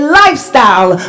lifestyle